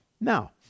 Now